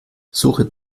suche